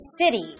City